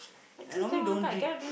I normally don't drink